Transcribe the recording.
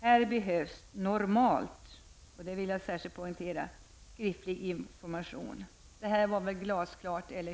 Här behövs normalt'' -- min kursivering -- ''skriftlig information.'' Var det glasklart, eller .